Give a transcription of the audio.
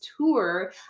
tour